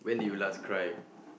when did you last cry